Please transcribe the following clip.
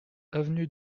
avenue